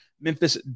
Memphis